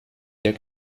der